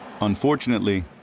Unfortunately